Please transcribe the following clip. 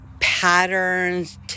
patterns